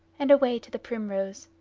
and away to the primrose.